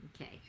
okay